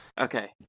okay